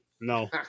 No